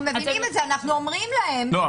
אנחנו אומרים להם --- לא,